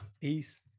peace